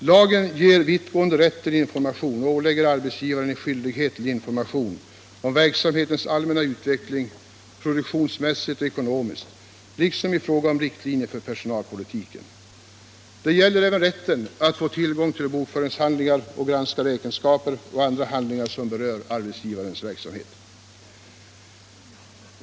Lagen ger vittgående rätt till information och ålägger arbetsgivaren en skyldighet till information om verksamhetens allmänna utveckling produktionsmässigt och ekonomiskt liksom i fråga om riktlinjer för personalpolitiken. Det gäller även rätten att få tillgång till bokföringshandlingar och granska räkenskaper och andra handlingar som berör arbetsgivarens verksamhet.